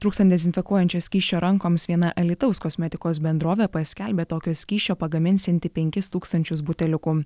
trūkstan dezinfekuojančio skysčio rankoms viena alytaus kosmetikos bendrovė paskelbė tokio skysčio pagaminsianti penkis tūkstančius buteliukų